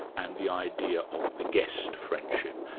and the idea of the guest-friendship.